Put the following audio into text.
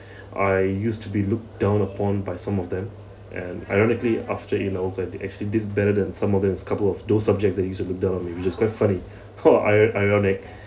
I used to be looked down upon by some of them and ironically after in outside I actually did better than some of them couple of those subjects they used to look down on me which was quite funny !wah! ironic